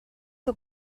que